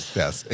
yes